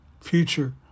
future